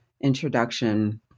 introduction